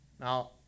Now